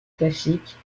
classiques